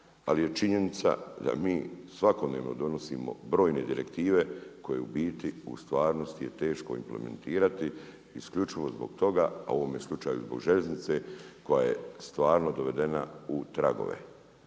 ali je činjenica da mi svakodnevno donosimo brojne direktive koje je u stvarnosti teško implementirati isključivo zbog toga, a u ovome slučaju zbog željeznice koja je stvarno dovedena u tragove.